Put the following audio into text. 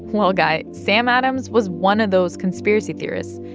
well, guy, sam adams was one of those conspiracy theorists.